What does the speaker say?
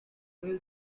rail